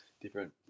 different